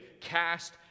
Cast